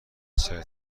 سریع